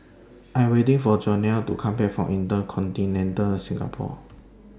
I Am waiting For Jonell to Come Back from InterContinental Singapore